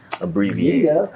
abbreviate